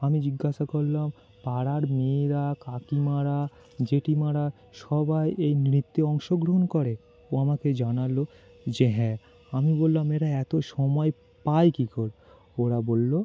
আমি জিজ্ঞাসা করলাম পাড়ার মেয়েরা কাকিমারা জেঠিমারা সবাই এই নৃত্যে অংশগ্রহণ করে ও আমাকে জানাল যে হ্যাঁ আমি বললাম এরা এত সময় পায় কী করে ওরা বলল